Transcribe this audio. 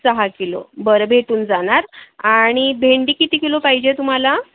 सहा किलो बरं भेटून जाणार आणि भेंडी किती किलो पाहिजे आहे तुम्हाला